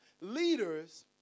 leaders